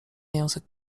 język